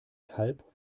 kalb